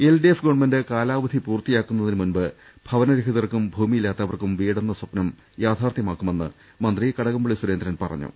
LDF government കാലാവധി പൂർത്തിയാക്കും മുൻപ് ഭവന രഹിതർക്കും ഭൂമി ഇല്ലാത്തവർക്കും വീട് എന്ന സ്വപ്നം യാഥാർത്ഥൃമാക്കുമെന്ന് മന്ത്രി കടകംപള്ളി സുരേന്ദ്രൻ പറഞ്ഞു